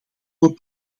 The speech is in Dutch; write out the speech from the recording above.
voor